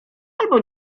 albo